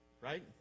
Right